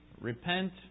Repent